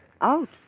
Out